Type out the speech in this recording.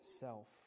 self